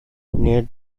near